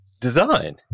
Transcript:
design